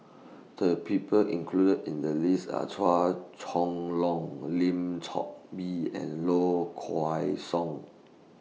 The People included in The list Are Chua Chong Long Lim Chor Pee and Low Kway Song